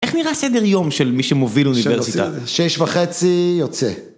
איך נראה סדר יום של מי שמוביל אוניברסיטה? שש וחצי יוצא.